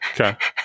Okay